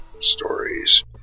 stories